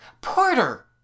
Porter